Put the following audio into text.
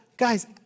Guys